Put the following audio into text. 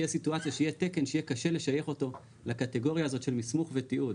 סיטואציה שיהיה תקן שיהיה קשה לשייך אותו לקטגוריה הזו של מסמוך ותיעוד